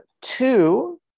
Two